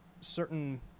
certain